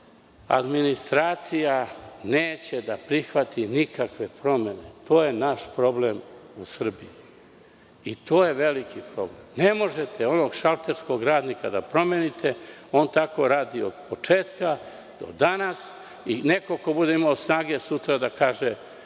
administracija koja neće da prihvati nikakve promene. To je naš problem u Srbiji i to je veliki problem. Ne možete onog šalterskog radnika da promenite, on tako radi od početka do danas. Neko ko bude imao sutra snage da kaže